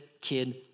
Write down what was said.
kid